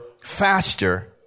faster